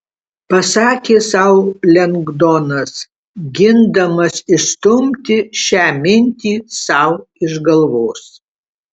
pasakė sau lengdonas gindamas išstumti šią mintį sau iš galvos